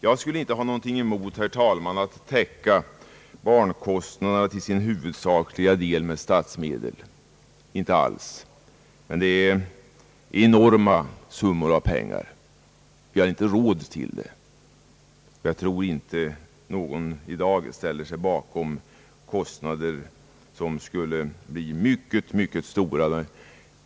Jag skulle inte ha någonting emot, herr talman, att täcka barnkostnaderna till sin huvudsakliga del med statsmedel — inte alls. Men det blir fråga om enorma summor. Vi har inte råd till det. Jag tror inte att någon i dag ställer sig bakom de kostnaderna.